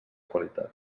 qualitat